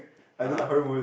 (uh huh)